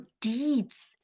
deeds